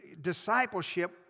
discipleship